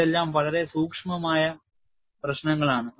ഇതെല്ലാം വളരെ സൂക്ഷ്മമായ പ്രശ്നങ്ങളാണ്